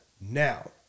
Now